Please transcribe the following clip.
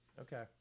Okay